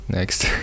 Next